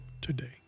today